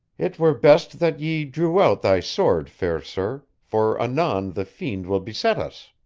it were best that ye drew out thy sword, fair sir, for anon the fiend will beset us.